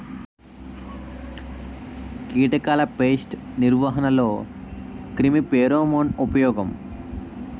కీటకాల పేస్ట్ నిర్వహణలో క్రిమి ఫెరోమోన్ ఉపయోగం